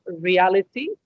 reality